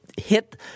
hit